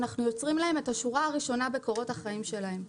אנחנו יוצרים להם את השורה הראשונה בקורות החיים שלהם.